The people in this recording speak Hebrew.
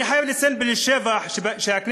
אני חייב לציין לשבח שהכנסת,